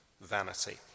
vanity